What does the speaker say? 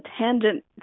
tangent